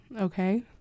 Okay